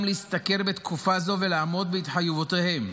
להשתכר בתקופה הזו ולעמוד בהתחייבויותיהם,